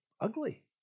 ugly